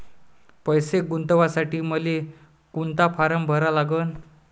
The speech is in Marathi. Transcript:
पैसे गुंतवासाठी मले कोंता फारम भरा लागन?